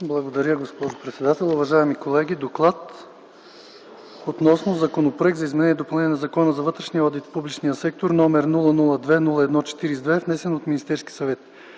Благодаря, госпожо председател. Уважаеми колеги! „ДОКЛАД относно Законопроект за изменение и допълнение на Закона за вътрешния одит в публичния сектор, № 002-01-42, внесен от Министерския съвет